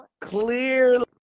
clearly